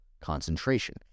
concentration